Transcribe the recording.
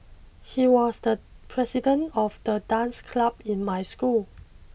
he was the president of the dance club in my school